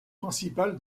principal